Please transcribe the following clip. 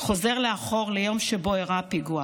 חוזר לאחור ליום שבו אירע הפיגוע.